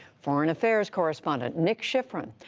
foreign affairs correspondent nick schifrin,